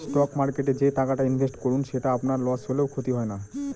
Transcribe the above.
stock মার্কেটে যে টাকাটা ইনভেস্ট করুন সেটা আপনার লস হলেও ক্ষতি হয় না